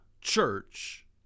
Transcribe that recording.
church